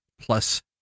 plus